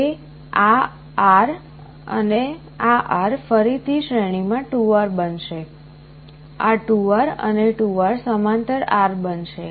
તે R અને આ R ફરીથી શ્રેણીમાં 2R બનશે આ 2R અને 2R સમાંતર R બનશે